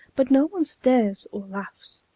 but no one stares or laughs.